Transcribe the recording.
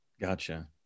Gotcha